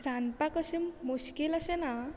रांदपाक अशें मुश्कील अशें ना